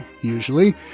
usually